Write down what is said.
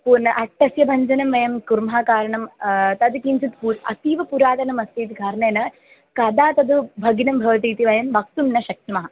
पुनः अट्टस्य भञ्जनं वयं कुर्मः कारणं तद् किञ्चित् पु अतीव पुरातनमस्ति इति कारणेन कदा तद् भग्नं भवति इति वयं वक्तुं न शक्नुमः